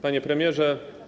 Panie Premierze!